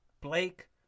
Blake